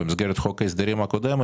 במסגרת חוק ההסדרים הקודם,